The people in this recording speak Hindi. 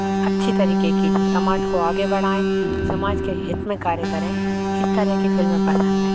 और अच्छी तरीक़े की जो समाज को आगे बढ़ाएँ समाज के हित में कार्य करें इस तरह की फ़िल्में पसंद हैं